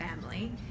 family